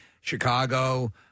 Chicago